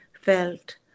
felt